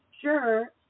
Sure